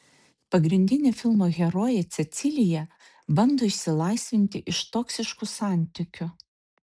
pagrindinė filmo herojė cecilija bando išsilaisvinti iš toksiškų santykių